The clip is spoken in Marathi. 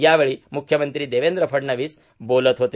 यावेळी म्ख्यमंत्री देवेंद्र फडणवीस बोलत होते